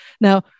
Now